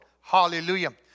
Hallelujah